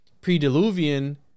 pre-Diluvian